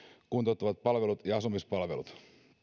kuntouttavat palvelut ja asumispalvelut